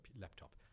laptop